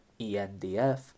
ENDF